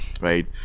right